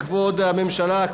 כבוד הממשלה,